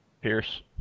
Pierce